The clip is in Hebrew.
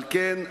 על כן,